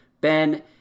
ben